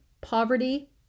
poverty